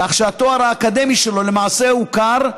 כך שהתואר האקדמי שלו למעשה הוכר,